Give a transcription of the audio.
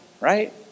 right